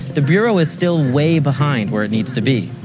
the bureau is still way behind where it needs to be.